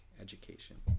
education